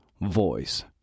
voice